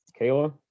Kayla